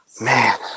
Man